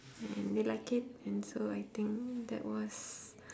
and they like it and so I think that was